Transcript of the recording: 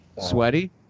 sweaty